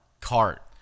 cart